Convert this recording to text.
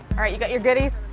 all right, you got your goodies?